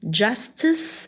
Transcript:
justice